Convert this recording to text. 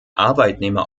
arbeitnehmer